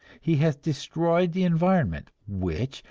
he has destroyed the environment which,